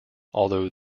although